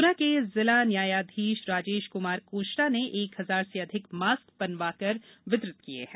गुना के जिला न्यायाधीश राजेश कुमार कोष्टा ने एक हजार से अधिक मास्क बनवाकर वितरित किये हैं